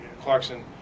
Clarkson